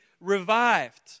revived